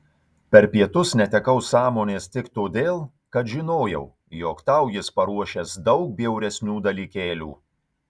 per pietus netekau sąmonės tik todėl kad žinojau jog tau jis paruošęs daug bjauresnių dalykėlių